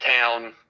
town